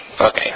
Okay